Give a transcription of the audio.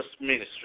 ministry